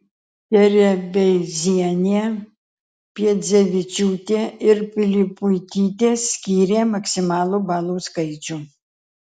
terebeizienė piedzevičiūtė ir pilipuitytė skyrė maksimalų balų skaičių